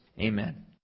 Amen